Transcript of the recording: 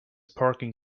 parking